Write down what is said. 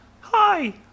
Hi